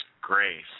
grace